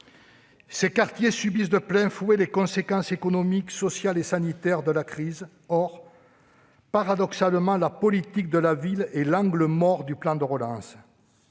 Ces quartiers subissent de plein fouet les conséquences économiques, sociales et sanitaires de la crise. Or, paradoxalement, la politique de la ville est l'angle mort du plan de relance.